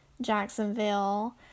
Jacksonville